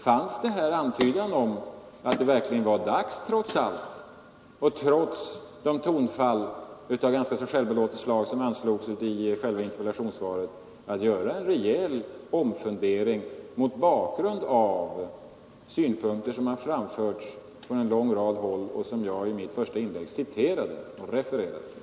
Fanns det här en antydan om att det verkligen, trots de ganska så självbelåtna tonfall som anslogs i interpellationssvaret, är dags att göra en rejäl omprövning mot bakgrund av de synpunkter som framförts från en lång rad håll och som jag i mitt första inlägg citerade och refererade?